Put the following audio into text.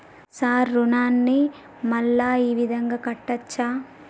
Sir రుణాన్ని మళ్ళా ఈ విధంగా కట్టచ్చా?